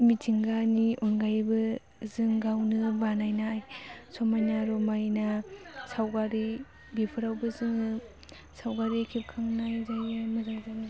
मिथिंगानि अनगायैबो जों गावनो बानायनाय समायना रमायना सावगारि बेफोरावबो जोङो सावगारि खेबखांनाय जायो मोजां जानो